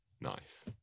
Nice